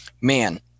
man